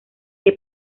que